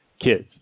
kids